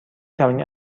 توانی